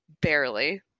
Barely